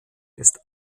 ist